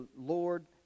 lord